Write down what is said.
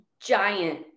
giant